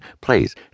Please